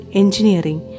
engineering